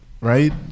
Right